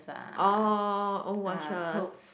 oh old watches